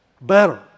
better